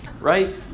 right